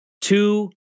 Two